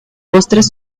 postres